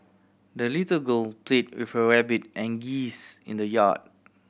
the little girl played with her rabbit and geese in the yard